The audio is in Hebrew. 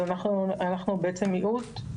אז אנחנו בעצם מיעוט.